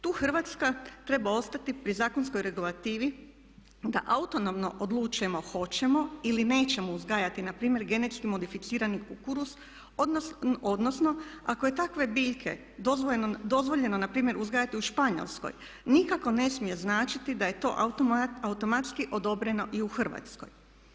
Tu Hrvatska treba ostati pri zakonskoj regulativi da autonomno odlučujemo hoćemo ili nećemo uzgajati npr. Genetski modificirani kukuruz odnosno ako je takve biljke dozvoljeno npr. u Španjolskoj nikako ne smije značiti da je to automatski odobreno i u Hrvatskoj.